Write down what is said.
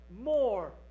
more